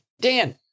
dan